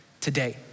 today